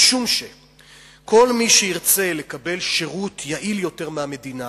משום שכל מי שירצה לקבל שירות יעיל יותר מהמדינה